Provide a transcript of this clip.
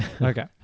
Okay